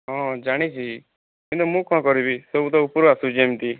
ହଁ ଜାଣିଛି ହେଲେ ମୁଁ କଣ କରିବି ସବୁ ତ ଉପରୁ ଆସୁଛି ଏମିତି